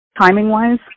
timing-wise